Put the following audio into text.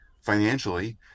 financially